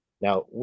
Now